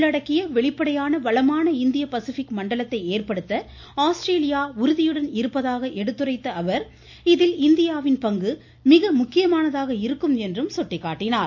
உள்ளடக்கிய வெளிப்படையான வளமான இந்திய பசிபிக் மண்டலத்தை ஏற்படுத்த ஆஸ்திரேலியா உறுதியுடன் இருப்பதாக எடுத்துரைத்த அவர் இதில் இந்தியாவின் பங்கு மீக முக்கியமானதாக இருக்கும் என்றும் சுட்டிக்காட்டினார்